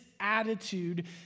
attitude